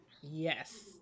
Yes